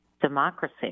democracy